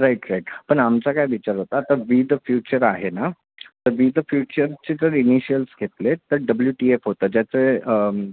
right right पण आमचा काय विचार होता आता वी द फ्युचर आहे ना तर वी द फ्युचरचे जर इनिशियल्स घेतले तर डब्ल्यू टी एफ होतं ज्याचे